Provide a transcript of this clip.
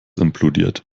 implodiert